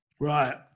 Right